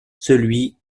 celui